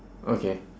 okay